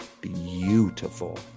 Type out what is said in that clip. beautiful